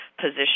position